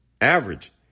average